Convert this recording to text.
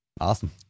Awesome